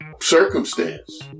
circumstance